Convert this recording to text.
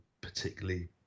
particularly